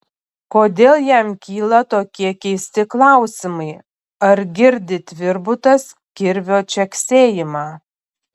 kodėl jam kyla tokie keisti klausimai ar girdi tvirbutas kirvio čeksėjimą